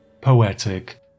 poetic